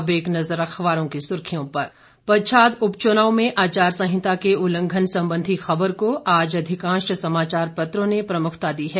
अब एक नजर अखबारों की सुर्खियों पर पच्छाद उपचुनाव में आचार संहिता के उल्लघंन संबंधी खबर को आज अधिकांश समाचार पत्रों ने प्रमुखता दी है